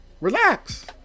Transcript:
Relax